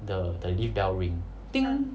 the the lift bell ring ding